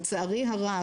לצערי הרב,